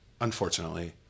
unfortunately